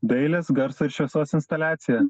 dailės garso ir šviesos instaliacija